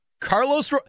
Carlos